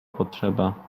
potrzeba